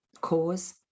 cause